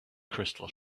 crystal